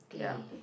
yeah